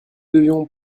devions